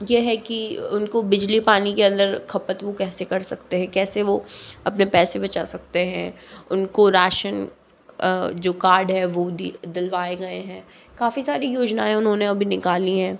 ये है कि उनको बिजली पानी के अंदर खपत वो कैसे कर सकते हैं कैसे वो अपने पैसे बचा सकते हैं उनको राशन जो कार्ड है वो दिलवाए गए है काफ़ी सारी योजनाएं उन्होंने अभी निकाली हैं